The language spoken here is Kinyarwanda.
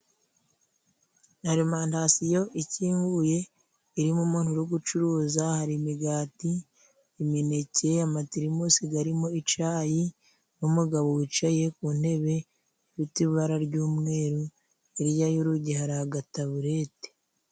Alimantasiyo ikinguye irimo umuntu uri gucuruza, hari imigati, imineke, amatirimusi garamo icayi, n'umugabo wicaye ku ntebe ifite ibara ry'umweru, hirya y'urugi hari agataburete.